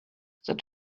that